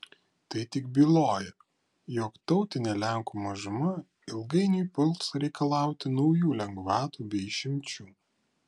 tai tik byloja jog tautinė lenkų mažuma ilgainiui puls reikalauti naujų lengvatų bei išimčių